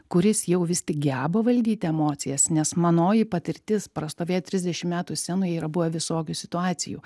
kuris jau vis tik geba valdyti emocijas nes manoji patirtis prastovėt trisdešimt metų scenoje yra buvę visokių situacijų